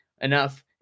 enough